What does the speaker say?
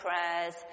prayers